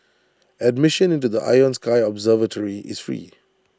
admission into the Ion sky observatory is free